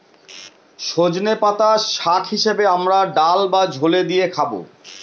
সজনের পাতা শাক হিসেবে আমরা ডাল বা ঝোলে দিয়ে খাবো